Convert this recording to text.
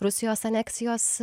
rusijos aneksijos